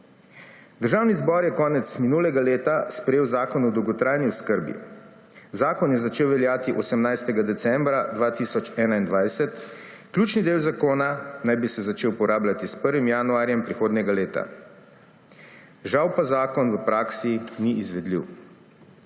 Državni zbor je konec minulega leta sprejel Zakon o dolgotrajni oskrbi. Zakon je začel veljati 18. decembra 2021, ključni del zakona naj bi se začel uporabljati s 1. januarjem prihodnjega leta. Žal pa zakon v praksi ni izvedljiv.